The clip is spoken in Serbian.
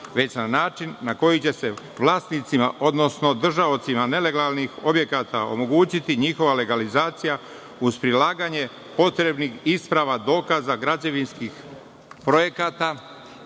već na način na koji će se vlasnicima, odnosno držaocima nelegalnih objekata omogućiti njihova legalizacija uz prilaganje potrebnih isprava, dokaza, građevinskih projekata